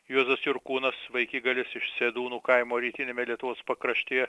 juozas jurkūnas vaikigalis iš sedūnų kaimo rytiniame lietuvos pakraštyje